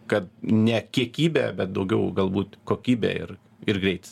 kad ne kiekybė bet daugiau galbūt kokybė ir ir greitis